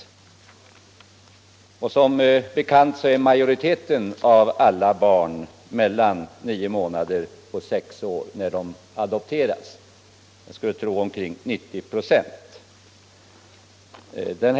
Som bekant är majoriteten av alla barn — jag tror att det gäller omkring 90 926 — mellan nio månader och sex år när de adopteras.